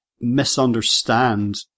misunderstand